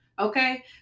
okay